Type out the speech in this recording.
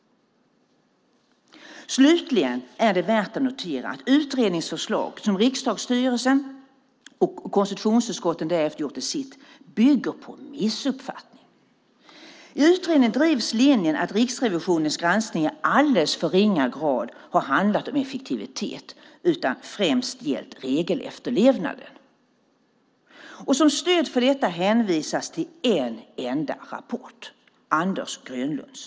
Slutligen är det värt att notera att utredningens förslag, som riksdagsstyrelsen och konstitutionsutskottet därefter har gjort till sitt, bygger på en missuppfattning. I utredningen drivs linjen att Riksrevisionens granskning i alldeles för ringa grad har handlat om effektivitet utan främst gällt regelefterlevnaden. Som stöd för detta hänvisas till en enda rapport - Anders Grönlunds.